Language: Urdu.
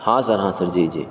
ہاں سر ہاں سر جی جی